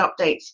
updates